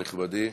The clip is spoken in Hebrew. נכבדי.